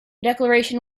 declaration